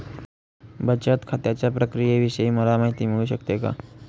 बचत खात्याच्या प्रक्रियेविषयी मला माहिती मिळू शकते का?